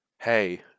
Hey